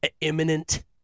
imminent